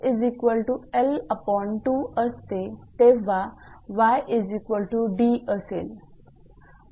जेव्हा 𝑥𝐿2 असते तेव्हा 𝑦𝑑 असेल